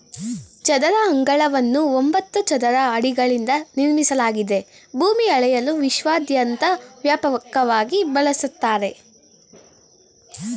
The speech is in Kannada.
ಚದರ ಅಂಗಳವನ್ನು ಒಂಬತ್ತು ಚದರ ಅಡಿಗಳಿಂದ ನಿರ್ಮಿಸಲಾಗಿದೆ ಭೂಮಿ ಅಳೆಯಲು ವಿಶ್ವದಾದ್ಯಂತ ವ್ಯಾಪಕವಾಗಿ ಬಳಸ್ತರೆ